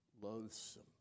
loathsome